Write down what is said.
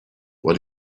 what